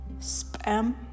spam